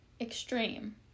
extreme